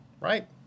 right